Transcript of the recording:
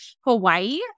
Hawaii